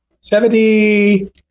Seventy